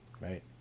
right